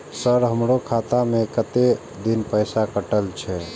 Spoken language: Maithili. सर हमारो खाता में कतेक दिन पैसा कटल छे?